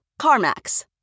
CarMax